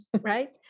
Right